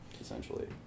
essentially